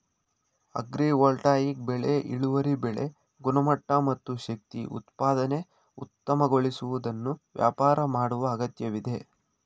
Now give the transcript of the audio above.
agrivoltaic ಬೆಳೆ ಇಳುವರಿ ಬೆಳೆ ಗುಣಮಟ್ಟ ಮತ್ತು ಶಕ್ತಿ ಉತ್ಪಾದನೆ ಉತ್ತಮಗೊಳಿಸುವುದನ್ನು ವ್ಯಾಪಾರ ಮಾಡುವ ಅಗತ್ಯವಿದೆ